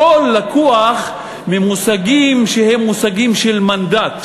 הכול לקוח ממושגים שהם מושגים של מנדט,